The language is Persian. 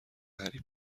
هری